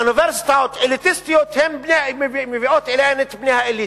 ואוניברסיטאות אליטיסטיות מביאות אליהן את בני האליטה,